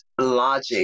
logic